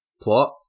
plot